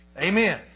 Amen